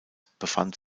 befand